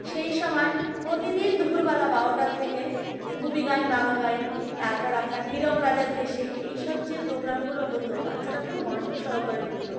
সেই সময় প্রতিদিন দুপুরবেলা বারোটার থেকে গুপি গাইন বাঘা বাইন তারপর আপনার হীরক রাজার দেশে এইসব যে প্রোগ্রামগুলো হতো বাচ্চারা খুব মনোযোগ সহকারে দেখত